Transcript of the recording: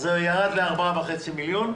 אז זה ירד ל-4.5 מיליון.